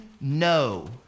no